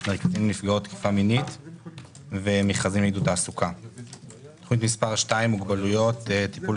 מי הגורם שאתם עובדים מולו, כשנוצרה